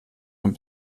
man